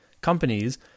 companies